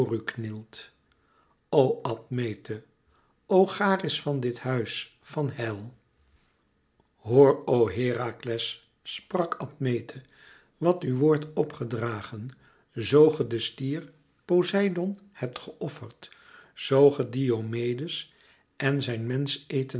o admete o charis van dit huis van heil hoor o herakles sprak admete wat u wordt op gedragen zoo ge den stier poseidoon hebt geofferd zoo ge diomedes en zijn